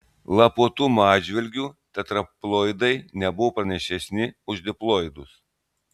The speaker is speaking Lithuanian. lapuotumo atžvilgiu tetraploidai nebuvo pranašesni už diploidus